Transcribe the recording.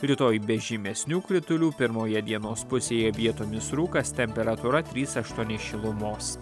rytoj be žymesnių kritulių pirmoje dienos pusėje vietomis rūkas temperatūra trys aštuoni šilumos